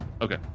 Okay